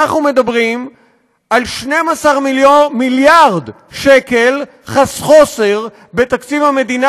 אנחנו מדברים על 12 מיליארד שקל חוסר בתקציב המדינה